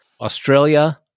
australia